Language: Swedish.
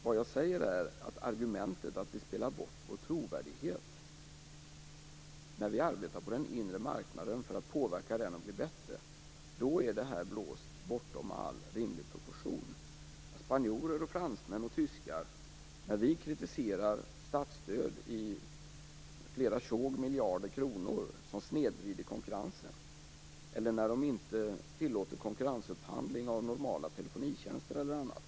Vad jag säger är att argumentet, att vi spelar bort vår trovärdighet när vi arbetar på den inre marknaden för att påverka den att bli bättre, är blåst bortom all rimlig proportion. Vi kritiserar spanjorer, fransmän och tyskar för statsstöd i flera tjugotals miljarder kronor som snedvrider konkurrensen eller för att de inte tillåter konkurrensupphandling av normala telefonitjänster eller annat.